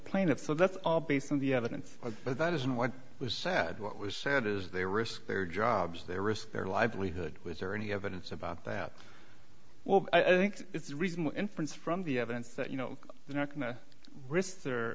plaintiff so that's all based on the evidence but that isn't what was said what was said is they risk their jobs they risk their livelihood was there any evidence about that well i think it's reasonable inference from the evidence that you know they're not going to risk their